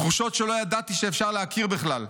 תחושות שלא ידעתי שאפשר להכיר בכלל.